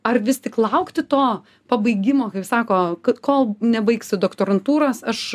ar vis tik laukti to pabaigimo kaip sako kad kol nebaigsiu doktorantūros aš